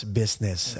business